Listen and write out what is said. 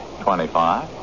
Twenty-five